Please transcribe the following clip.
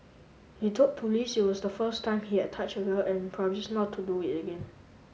he told police it was the first time he had touch a girl and promise not to do it again